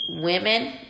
women